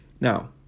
Now